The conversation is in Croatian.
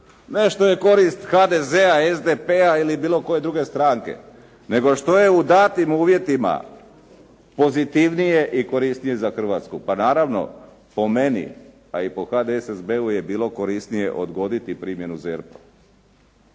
Ne što je korist HDZ-a, SDP-a ili bilo koje druge stranke, nego što je u datim uvjetima pozitivnije i korisnije za Hrvatsku. Pa naravno, po meni, a i po HDSSB-u je bilo korisnije odgoditi primjenu ZERP-a